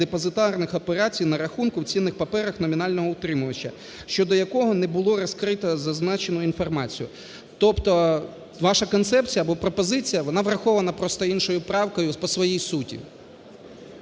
депозитарних операцій на рахунку в цінних паперах номінального утримувача, щодо якого не було розкрито зазначену інформацію. Тобто ваша концепція або пропозиція, вона врахована просто іншою правкою по своїй суті.